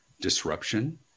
disruption